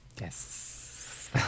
Yes